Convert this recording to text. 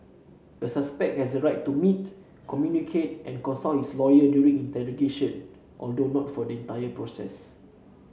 a suspect has the right to meet communicate and consult his lawyer during interrogation although not for the entire process